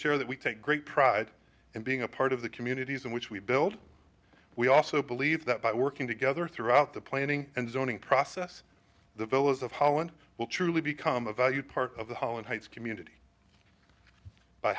share that we take great pride in being a part of the communities in which we build we also believe that by working together throughout the planning and zoning process the villas of holland will truly become a valued part of the holland heights community by